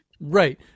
Right